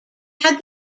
had